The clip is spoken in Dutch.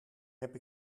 heb